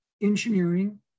engineering